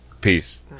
Peace